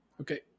okay